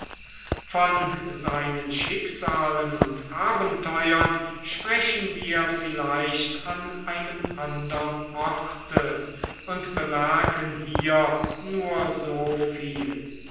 von seinen schicksalen und abenteuern sprechen wir vielleicht an einem andern orte und bemerken hier nur so viel